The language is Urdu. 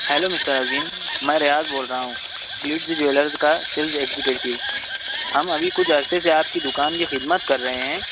ہیلو مسٹر عظیم میں ریاض بول رہا ہوں بیسو جیولرس کا سیلس ایگزیکیٹو ہم ابھی کچھ عرصے سے آپ کی دکان کی خدمت کر رہے ہیں